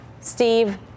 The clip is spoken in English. Steve